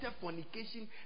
fornication